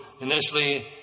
initially